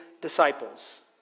disciples